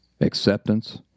acceptance